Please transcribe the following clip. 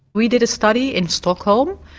we did a study in stockholm.